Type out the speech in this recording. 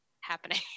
happening